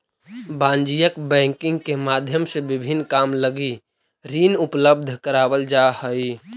वाणिज्यिक बैंकिंग के माध्यम से विभिन्न काम लगी ऋण उपलब्ध करावल जा हइ